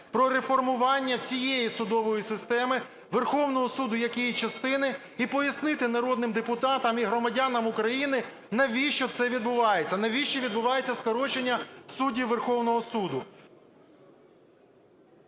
про реформування всієї судової системи, Верховного Суду як її частини, і пояснити народним депутатам і громадянам України, навіщо це відбувається, навіщо відбувається скорочення суддів Верховного Суду.